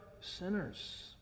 sinners